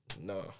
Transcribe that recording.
No